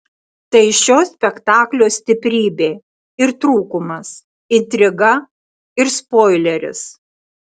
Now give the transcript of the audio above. tai šio spektaklio stiprybė ir trūkumas intriga ir spoileris